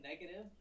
negative